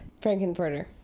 Frankenfurter